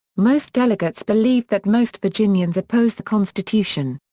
most delegates believed that most virginians opposed the constitution.